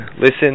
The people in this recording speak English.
Listen